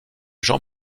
jean